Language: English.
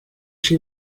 she